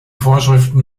vorschriften